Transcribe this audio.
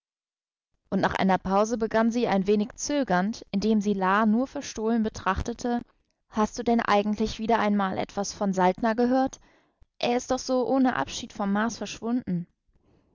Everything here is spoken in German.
und nach einer pause begann sie ein wenig zögernd indem sie la nur verstohlen betrachtete hast du denn eigentlich wieder einmal etwas von saltner gehört er ist doch so ohne abschied vom mars verschwunden